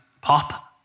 pop